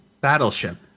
Battleship